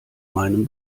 meinem